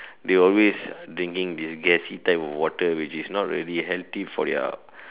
they always drinking this gassy type of water which is not really healthy for their